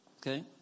Okay